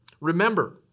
Remember